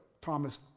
Thomas